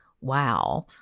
Wow